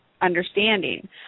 understanding